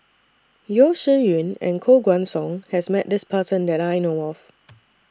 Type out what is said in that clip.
Yeo Shih Yun and Koh Guan Song has Met This Person that I know of